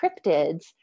cryptids